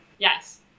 Yes